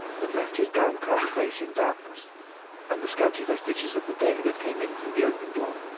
but left his downcast face in darkness and the scanty vestiges of the day that came in through the open door.